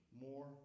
more